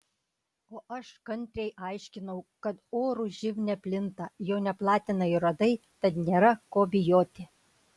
o aš kantriai aiškinau kad oru živ neplinta jo neplatina ir uodai tad nėra ko bijoti